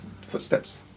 footsteps